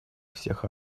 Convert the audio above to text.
всех